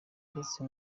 ndetse